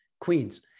Queens